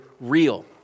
real